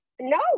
No